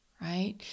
Right